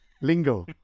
Lingo